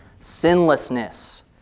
sinlessness